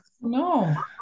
No